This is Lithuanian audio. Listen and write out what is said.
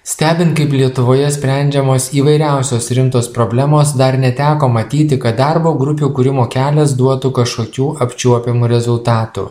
stebint kaip lietuvoje sprendžiamos įvairiausios rimtos problemos dar neteko matyti kad darbo grupių kūrimo kelias duotų kažkokių apčiuopiamų rezultatų